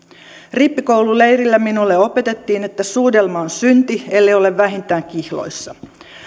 rippikoululeirillä minulle opetettiin että suudelma on synti ellei ole vähintään kihloissa